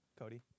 Cody